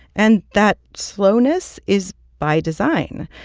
and that slowness is by design.